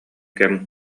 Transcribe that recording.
кэм